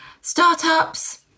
startups